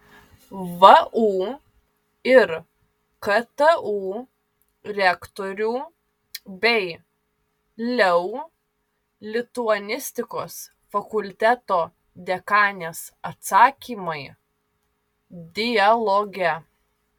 vu ir ktu rektorių bei leu lituanistikos fakulteto dekanės atsakymai dialoge